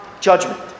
judgment